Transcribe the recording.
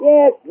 Yes